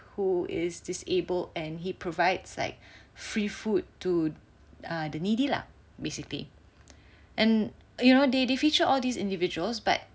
who is disabled and he provides like free food to uh the needy lah basically and uh you know they they feature all these individuals but